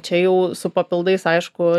čia jau su papildais aišku